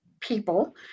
people